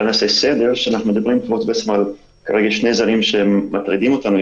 נעשה סדר אנחנו מדברים על שני זנים שמטרידים אותנו.